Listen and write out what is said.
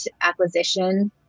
acquisition